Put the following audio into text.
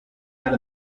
out